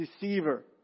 deceiver